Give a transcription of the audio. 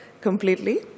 completely